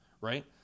right